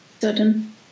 Sudden